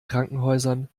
krankenhäusern